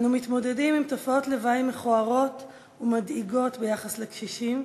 אנו מתמודדים עם תופעות לוואי מכוערות ומדאיגות ביחס לקשישים,